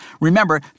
remember